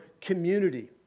community